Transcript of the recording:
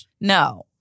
No